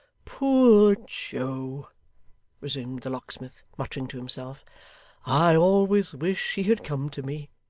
poor joe resumed the locksmith, muttering to himself i always wish he had come to me.